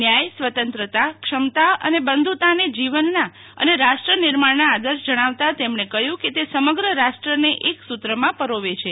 ન્યાય સ્વતંત્રતા ક્ષમતા અને બંધુત્તાને જીવનના અને રાષ્ટ્ર નિર્માણના આદર્શ જણાવતા તેમણે કહ્યું કે તે સમગ્ર રાષ્ટ્રને એક સૂત્રમાં પરોવે છે